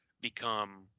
Become